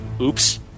Oops